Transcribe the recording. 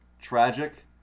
tragic